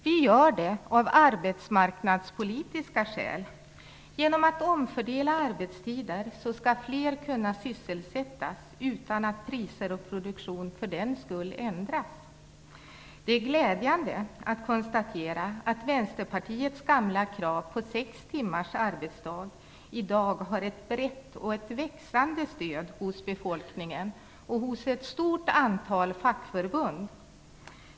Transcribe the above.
Vi gör det av arbetsmarknadspolitiska skäl; genom att omfördela arbetstider skall fler kunna sysselsättas utan att priser och produktion för den skull ändras. Det är glädjande att konstatera att Vänsterpartiets gamla krav på sex timmars arbetsdag i dag har ett brett och växande stöd hos befolkningen och hos ett stort antal fackförbund.